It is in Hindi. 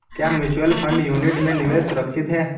क्या म्यूचुअल फंड यूनिट में निवेश सुरक्षित है?